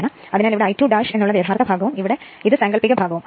അതിനാൽ ഇവിടെ I2 എന്ന് ഉള്ളത് യഥാർത്ഥ ഭാഗവും ഇത് സാങ്കല്പിക ഭാഗവും ആകുന്നു